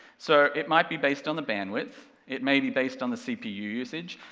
so, it might be based on the bandwidth, it may be based on the cpu usage,